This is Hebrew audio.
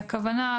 הכוונה היא,